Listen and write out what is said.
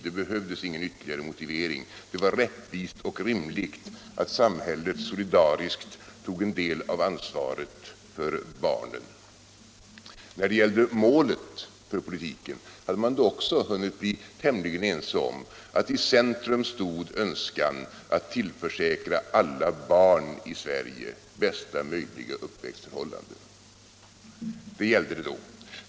Det behövdes ingen ytterligare motivering — det var rättvist och rimligt att samhället solidariskt tog en del av ansvaret för barnen. När det gällde målet för politiken hade man då också hunnit bli tämligen ense om att i centrum stod önskan att tillförsäkra alla barn i Sverige bästa möjliga uppväxtförhållanden.